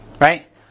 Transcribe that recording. Right